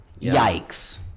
Yikes